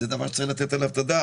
זה דבר שצריך לתת עליו את הדעת.